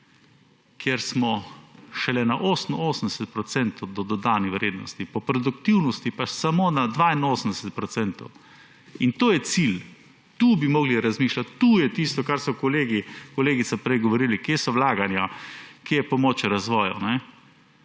ker smo šele na 88 % do dodane vrednosti, po produktivnosti pa samo na 82 %. In to je cilj. Tu bi morali razmišljati, tu je tisto, o čemer so kolegi in kolegice prej govorili, kje so vlaganja, kje je pomoč razvoju